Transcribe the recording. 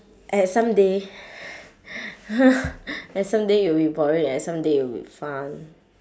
at some day at some day it'll be boring at some day it'll be fun